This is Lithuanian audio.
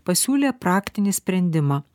pasiūlė praktinį sprendimą